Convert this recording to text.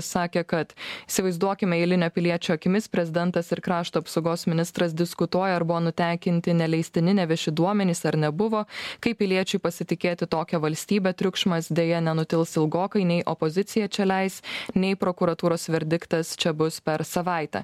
sakė kad įsivaizduokime eilinio piliečio akimis prezidentas ir krašto apsaugos ministras diskutuoja ar buvo nutekinti neleistini nevieši duomenys ar nebuvo kaip piliečiui pasitikėti tokia valstybe triukšmas deja nenutils ilgokai nei opozicija čia leis nei prokuratūros verdiktas čia bus per savaitę